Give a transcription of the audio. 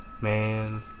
Man